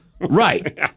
Right